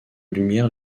lumière